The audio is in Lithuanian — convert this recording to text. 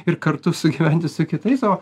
ir kartu sugyventi su kitais o